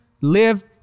live